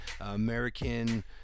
American